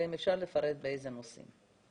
ואם אפשר לפרט באיזה נושאים.